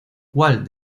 cuál